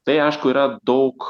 tai aišku yra daug